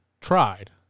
tried